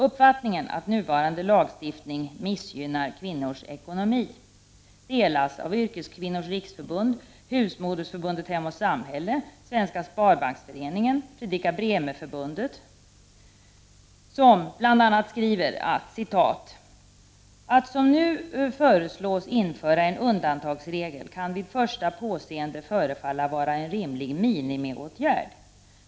Uppfattningen att nuvarande lagstiftning missgynnar kvinnors ekonomi delas av Yrkeskvinnors riksförbund, Husmodersförbundet hem och samhälle, Svenska sparbanksföreningen och Fredrika Bremerförbundet som bl.a. skriver: ”Att som nu föreslås införa en undantagsregel kan vid första påseende förefalla vara en rimlig minimiåtgärd.